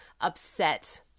upset